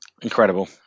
Incredible